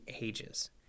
ages